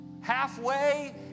Halfway